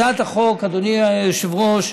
אדוני היושב-ראש,